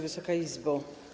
Wysoka Izbo!